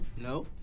No